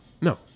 No